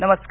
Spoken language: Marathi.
नमस्कार